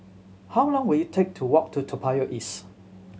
how long will it take to walk to Toa Payoh East